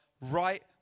right